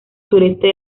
sureste